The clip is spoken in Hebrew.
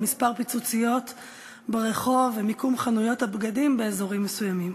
על מספר הפיצוציות ברחוב ועל מיקום חנויות הבגדים באזורים מסוימים?